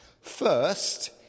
First